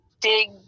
dig